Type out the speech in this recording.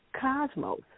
cosmos